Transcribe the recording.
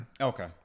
Okay